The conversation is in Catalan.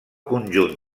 conjunt